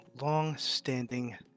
long-standing